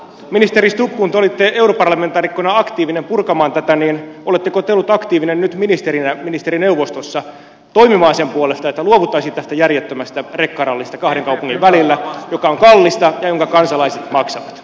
ministeri stubb kun te olitte europarlamentaarikkona aktiivinen purkamaan tätä niin oletteko te ollut aktiivinen nyt ministerinä ministerineuvostossa toimimaan sen puolesta että luovuttaisiin tästä järjettömästä rekkarallista kahden kaupungin välillä joka on kallista ja jonka kansalaiset maksavat